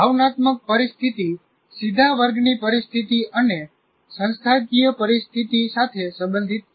ભાવનાત્મક પરિસ્થિતિ સીધા વર્ગની પરિસ્થિતિ અને સંસ્થાકીય પરિસ્થિતિ સાથે સંબંધિત છે